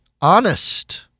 honest